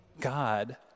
God